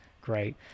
great